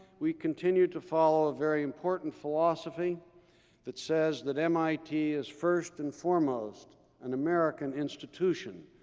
we continue to follow a very important philosophy that says that mit is first and foremost an american institution,